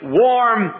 warm